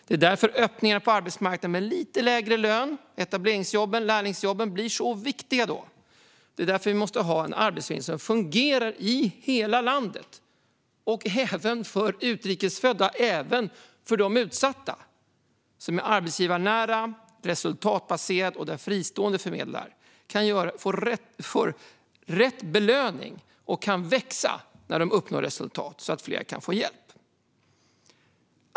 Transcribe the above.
Det är därför en öppning på arbetsmarknaden för lite lägre lön i etableringsjobb och lärlingsjobb är så viktig. Det är också därför vi måste ha en arbetsförmedling som fungerar i hela landet, även för utrikes födda och andra utsatta, som är arbetsgivarnära och resultatbaserad och där fristående förmedlare som uppnår resultat belönas och kan växa så att fler kan få hjälp.